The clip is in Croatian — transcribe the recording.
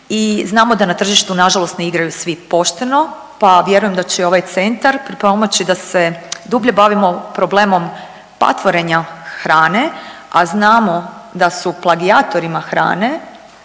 znamo da na tržištu nažalost ne igraju svi pošteno pa vjerujem da će i ovaj centar pripomoći da se dublje bavimo problemom patvorenja hrane, a znamo da su plagijatorima hrane